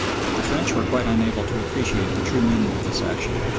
but the french were quite unable to appreciate the true meaning of this action,